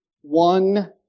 one